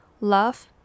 Love